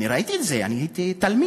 אני ראיתי את זה, אני הייתי תלמיד.